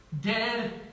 dead